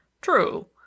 True